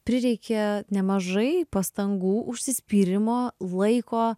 prireikė nemažai pastangų užsispyrimo laiko